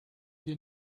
hier